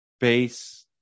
base